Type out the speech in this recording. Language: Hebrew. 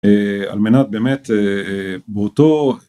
על מנת באמת באותו